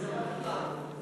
למה?